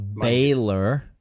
Baylor